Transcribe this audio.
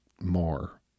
more